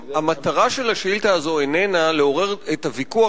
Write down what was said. המטרה של השאילתא הזאת אינה לעורר את הוויכוח